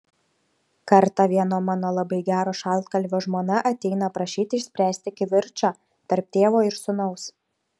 kartą vieno mano labai gero šaltkalvio žmona ateina prašyti išspręsti kivirčą tarp tėvo ir sūnaus